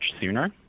sooner